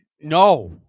No